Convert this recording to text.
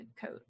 coat